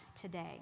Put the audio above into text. today